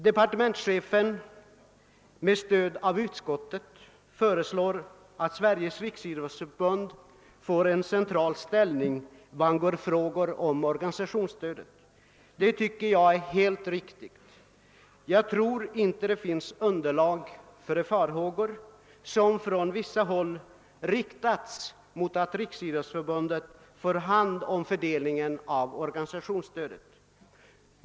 Departementschefen föreslår och utskottet tillstyrker att Sveriges riksidrottsförbund får en central ställning vad angår frågor om organisationsstödet. Det anser jag är helt riktigt. Jag tror inte att det finns underlag för de farhågor som från vissa håll har riktats mot att Riksidrottsförbundet får hand om fördelningen av organisationsstödet.